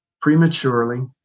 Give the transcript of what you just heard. prematurely